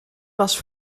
was